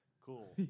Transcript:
cool